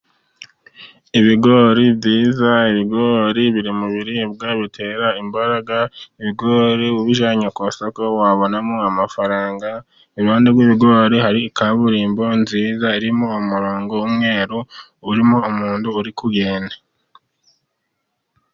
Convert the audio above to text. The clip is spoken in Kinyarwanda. Ibigori byiza, ibogori biri mu biribwa bitera imbaraga, ibigori ubijyanye ku isoko wabonamo amafaranga, iruhande rw'ibigori hari kaburimbo nziza, irimo umurongo w'umweru, urimo umuntu uri kugenda.